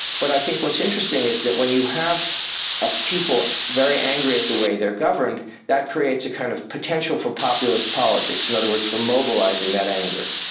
but i think what's interesting is that when you have ah people very angry at the way they are governed, that creates a kind of potential for populist politics, in other words for mobilising that anger.